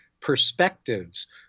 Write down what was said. perspectives